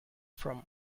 from